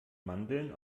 mandeln